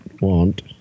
want